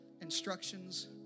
instructions